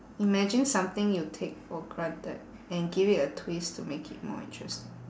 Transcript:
imagine something you take for granted and give it a twist to make it more interest~